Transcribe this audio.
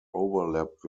overlapped